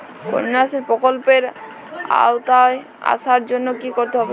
কন্যাশ্রী প্রকল্পের আওতায় আসার জন্য কী করতে হবে?